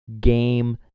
game